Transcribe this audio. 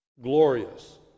glorious